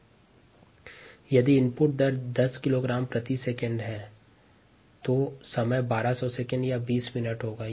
refer slide time 1523 यदि input rate 10 kilogram प्रति second होती है तो समय 1200 सेकंड या 20 मिनट होगा